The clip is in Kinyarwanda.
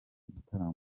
gitaramo